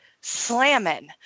slamming